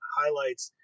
highlights